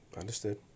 understood